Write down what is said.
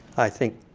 i think